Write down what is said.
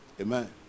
Amen